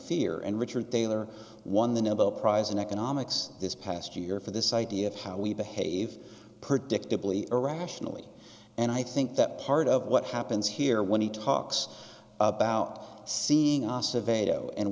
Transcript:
fear and richard thaler won the nobel prize in economics this past year for this idea of how we behave predictably irrationally and i think that part of what happens here when he talks about seeing